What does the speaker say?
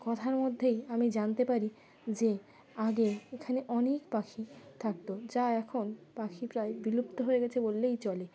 কথার মধ্যেই আমি জানতে পারি যে আগে এখানে অনেক পাখি থাকত যা এখন পাখি প্রায় বিলুপ্ত হয়ে গেছে বললেই চলে